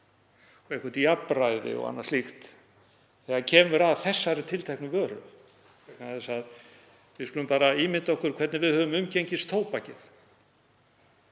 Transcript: og eitthvert jafnræði og annað slíkt þegar kemur að þessari tilteknu vöru. Við skulum bara ímynda okkur hvernig við höfum umgengist tóbakið.